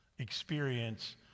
experience